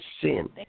sin